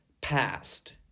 past